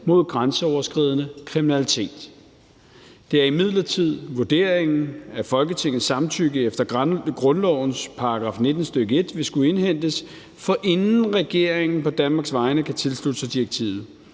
mod grænseoverskridende kriminalitet. Det er imidlertid vurderingen, at Folketingets samtykke efter grundlovens § 19, stk. 1, vil skulle indhentes, forinden regeringen på Danmarks vegne kan tilslutte sig direktivet.